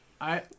I-